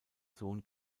sohn